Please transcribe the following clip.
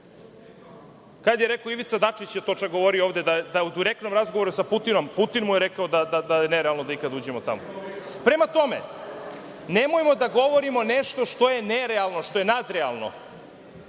budemo članovi. Ivica Dačić je govorio ovde da u direktnom razgovoru sa Putinom, Putin mu je rekao da je nerealno da ikad uđemo tamo. Prema tome, nemojmo da govorimo nešto što je nerealno, što je nadrealno.